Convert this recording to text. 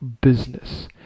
business